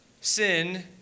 sin